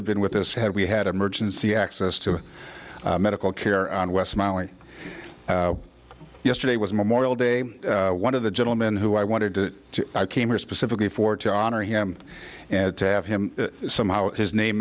have been with us had we had emergency access to medical care on west mali yesterday was memorial day one of the gentleman who i wanted to i came here specifically for to honor him and to have him somehow his name